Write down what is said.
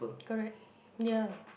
correct ya